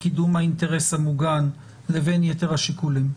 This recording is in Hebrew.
לקידום האינטרס המוגן לבין יתר השיקולים.